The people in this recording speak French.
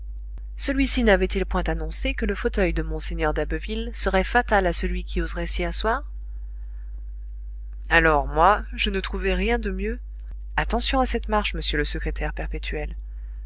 celui-ci n'avait-il point annoncé que le fauteuil de mgr d'abbeville serait fatal à celui qui oserait s'y asseoir alors moi je ne trouvai rien de mieux attention à cette marche monsieur le secrétaire perpétuel je